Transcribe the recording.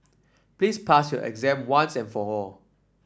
please pass your exam once and for all